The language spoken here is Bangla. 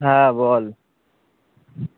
হ্যাঁ বল